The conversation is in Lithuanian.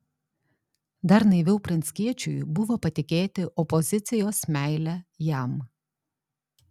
dar naiviau pranckiečiui buvo patikėti opozicijos meile jam